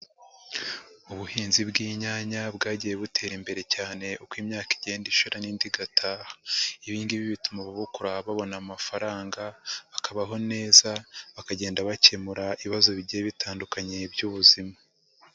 Ubuhinzi bw'inyanya bwagiye butera imbere cyane uko imyaka igenda ishira n'indi igataha, ibi ngibi bituma ababukura babona amafaranga, bakabaho neza bakagenda bakemura ibibazo bigiye bitandukanye by'ubuzima.